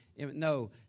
No